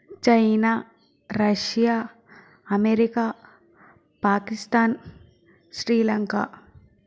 China Russia America Pakistan Sri Lanka